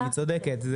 היא צודקת.